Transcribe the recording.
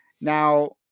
now